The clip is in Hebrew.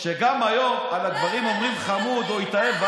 מה שמרגיז זה שגם היום על הגברים אומרים: חמוד או התאהב,